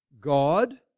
God